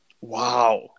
Wow